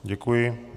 Děkuji.